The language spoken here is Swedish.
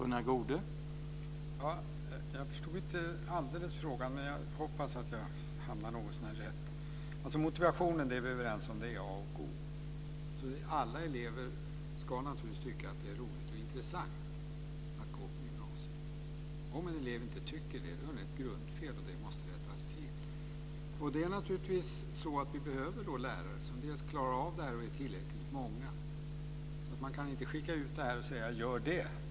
Herr talman! Jag förstod inte alldeles frågan, men jag hoppas att jag hamnar något så när rätt. Vi är överens om att motivationen är A och O. Alla elever ska naturligtvis tycka att det är roligt och intressant att gå på gymnasiet. Om en elev inte tycker det är det ett grundfel som måste rättas till. Vi behöver lärare som dels klarar detta, dels är tillräckligt många. Det går inte att säga "Gör det!"